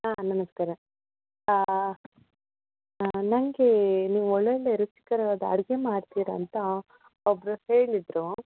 ಹಾಂ ನಮಸ್ಕಾರ ನನ್ಗೇ ನೀವು ಒಳ್ಳೊಳ್ಳೆ ರುಚಿಕರವಾದ ಅಡಿಗೆ ಮಾಡ್ತೀರಂತ ಒಬ್ಬರು ಹೇಳಿದರು